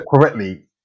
correctly